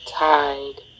tide